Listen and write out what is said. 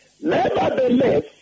nevertheless